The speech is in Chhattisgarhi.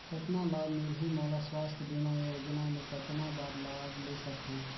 कतना लाभ मिलही मोला? स्वास्थ बीमा योजना मे कतना बार लाभ ले सकहूँ?